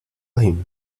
him